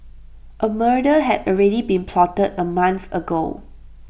A murder had already been plotted A month ago